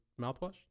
mouthwash